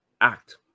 act